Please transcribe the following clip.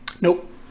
Nope